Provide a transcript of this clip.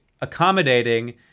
accommodating